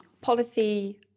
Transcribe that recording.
policy